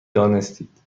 دانستید